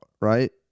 right